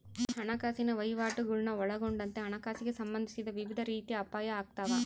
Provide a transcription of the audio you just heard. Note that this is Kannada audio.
ಹಣಕಾಸಿನ ವಹಿವಾಟುಗುಳ್ನ ಒಳಗೊಂಡಂತೆ ಹಣಕಾಸಿಗೆ ಸಂಬಂಧಿಸಿದ ವಿವಿಧ ರೀತಿಯ ಅಪಾಯ ಆಗ್ತಾವ